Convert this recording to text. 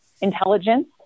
intelligence